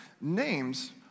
names